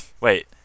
Wait